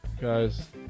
guys